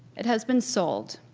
it has been sold,